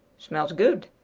smells good,